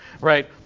right